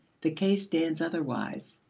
the case stands otherwise.